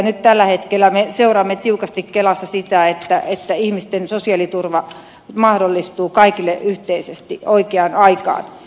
nyt tällä hetkellä me seuraamme tiukasti kelassa sitä että ihmisten sosiaaliturva mahdollistuu kaikille yhteisesti oikeaan aikaan